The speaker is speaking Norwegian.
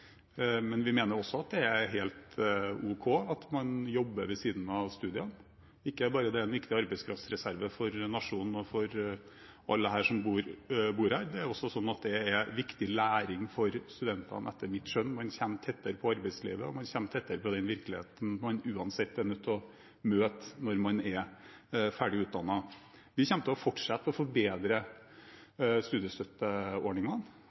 men vi mener også at det er helt ok at man jobber ved siden av studiene. Ikke bare er det en viktig arbeidskraftreserve for nasjonen og for alle som bor her, det er også sånn at det er viktig læring for studentene, etter mitt skjønn. Man kommer tettere på arbeidslivet, og man kommer tettere på den virkeligheten man uansett er nødt til å møte når man er ferdig utdannet. Vi kommer til å fortsette å